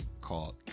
called